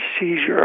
seizure